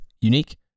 unique